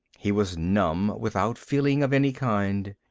he was numb, without feeling of any kind.